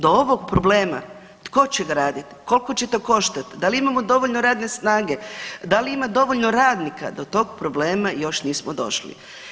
Do ovog problema tko će graditi, koliko će to koštati, da li imamo dovoljno radne snage, da li ima dovoljno radnika, to tog problema još nismo došli.